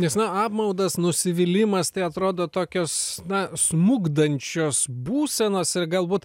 nes na apmaudas nusivylimas tai atrodo tokios na smukdančios būsenos ir galbūt